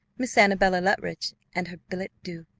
miss annabella luttridge, and her billet-doux.